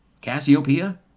Cassiopeia